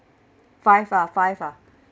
five ah five ah